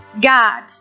God